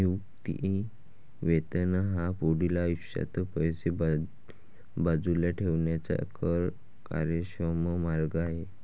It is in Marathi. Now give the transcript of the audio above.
निवृत्ती वेतन हा पुढील आयुष्यात पैसे बाजूला ठेवण्याचा कर कार्यक्षम मार्ग आहे